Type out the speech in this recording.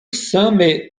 same